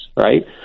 right